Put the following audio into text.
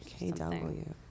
KW